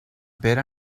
pere